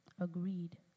agreed